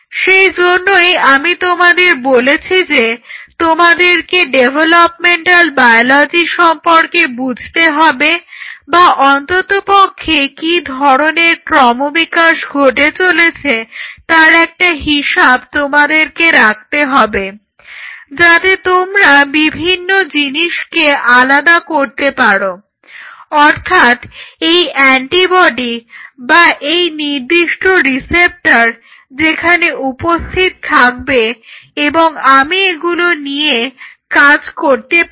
সেজন্যেই আমি তোমাদের বলেছি যে তোমাদেরকে ডেভেলপমেন্টাল বায়োলজি সম্পর্কে বুঝতে হবে বা অন্ততপক্ষে কি ধরনের ক্রমবিকাশ ঘটে চলেছে তার একটা হিসেব তোমাদেরকে রাখতে হবে যাতে তোমরা বিভিন্ন জিনিসকে আলাদা করতে পারো অর্থাৎ এই অ্যান্টিবডি বা এই নির্দিষ্ট রিসেপ্টর সেখানে উপস্থিত থাকবে এবং আমি এগুলো নিয়ে কাজ করতে পারি